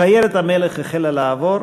שיירת המלך החלה לעבור,